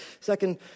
second